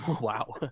Wow